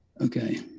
Okay